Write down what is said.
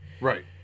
Right